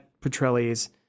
Petrelli's